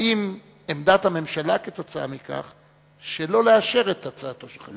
האם עמדת הממשלה כתוצאה מכך היא שלא לאשר את הצעתו של חבר הכנסת.